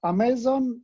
Amazon